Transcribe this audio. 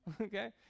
Okay